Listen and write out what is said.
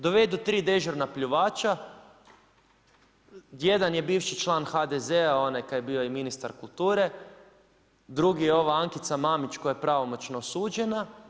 Dovede 3 dežurna pljuvačka, jedan je bivši član HDZ-a onaj koji je bio i ministar kulture, drugi je ova Ankica Mamić, koja je pravomoćno osuđena.